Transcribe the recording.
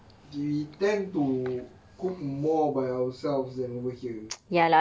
we tend to cook more by ourselves than over here